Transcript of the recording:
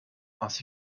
ainsi